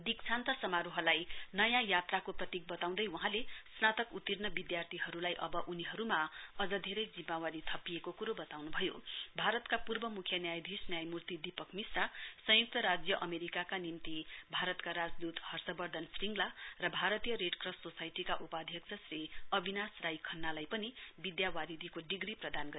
दीक्षान्त समारोहलाई नयाँ यात्राको प्रतीक बताउँदै वहाँले स्नातक उत्रीर्ण विद्यार्थीहरूलाई अब उनीहरूमा अझ धेरै जिम्मावारी थपिएको क्रो बताउन् भयो भारतका पूर्व मुख्य न्यायधीश न्यायमूर्ति दीपक मिश्र संयुक्त राज्य अमेरिकाका निम्ति भारतीय राजतूत हर्षवर्धन सिङला र भारतीय रेडक्रस सोसाइटडीका उपाध्यक्ष श्री अविनास राई खन्नालाई पनि विद्यार्थीको डिग्री प्रदान गरिएको छ